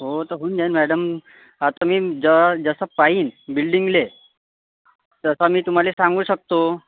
हो तर होऊन जाईल मॅडम आता मी ज जसं पाहीन बिल्डींगला तसा मी तुम्हाला सांगू शकतो